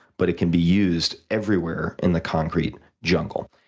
but it can be used everywhere in the concrete jungle.